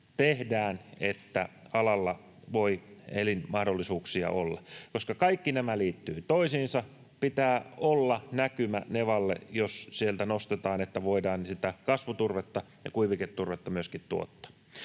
tehdään, että alalla voi elinmahdollisuuksia olla. Koska kaikki nämä liittyvät toisiinsa, pitää olla näkymä nevalle, jos sieltä nostetaan, että voidaan sitä kasvuturvetta ja kuiviketurvetta myöskin tuottaa.